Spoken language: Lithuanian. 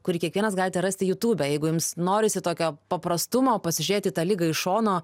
kurį kiekvienas galite rasti jutube jeigu jums norisi tokio paprastumo pasižiūrėt į tą ligą iš šono